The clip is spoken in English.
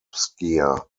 skier